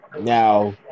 now